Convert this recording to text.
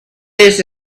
this